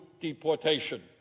deportation